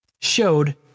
showed